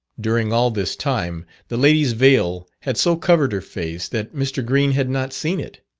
during all this time, the lady's veil had so covered her face, that mr. green had not seen it.